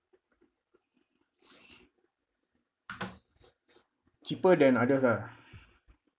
cheaper than others ah